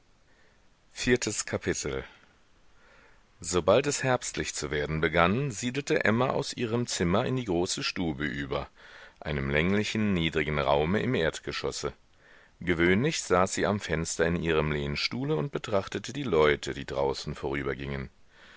viertes kapitel sobald es herbstlich zu werden begann siedelte emma aus ihrem zimmer in die große stube über einem länglichen niedrigen raume im erdgeschosse gewöhnlich saß sie am fenster in ihrem lehnstuhle und betrachtete die leute die draußen vorübergingen